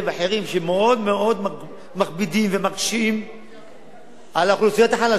שמכבידים מאוד-מאוד ומקשים על האוכלוסיות החלשות,